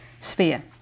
sphere